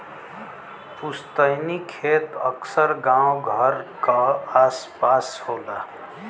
पुस्तैनी खेत अक्सर गांव घर क आस पास होला